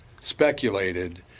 speculated